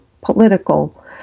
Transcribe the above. political